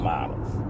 Models